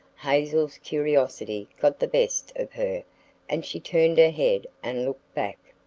hazel's curiosity got the best of her and she turned her head and looked back.